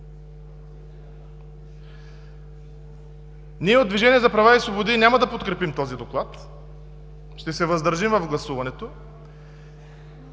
Ние от „Движение за права и свободи“ няма да подкрепим този Доклад, ще се въздържим в гласуването.